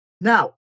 Now